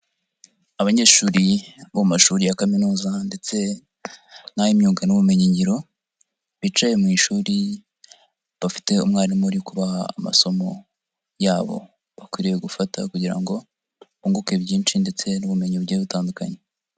Abanyeshuri bo mu mashuri ya kaminuza ndetse n'ay'imyuga n'ubumenyingiro, bicaye mu ishuri bafite umwarimu uri kubaha amasomo yabo, bakwiriye gufata kugira ngo bunguke byinshi ndetse n'ubumenyi bugiye butandukanye.